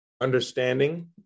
understanding